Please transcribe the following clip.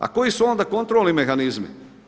A koji su onda kontrolni mehanizmi?